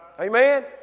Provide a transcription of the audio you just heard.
Amen